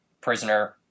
prisoner